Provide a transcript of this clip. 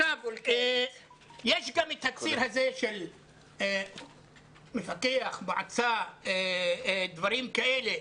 יש גם את הציר הזה של מפקח, דברים כאלה.